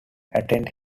attended